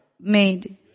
made